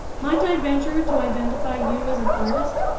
might i venture to identify you as an artist?